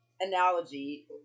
analogy